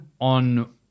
on